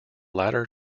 latter